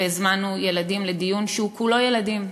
והזמנו ילדים לדיון שהוא כולו ילדים.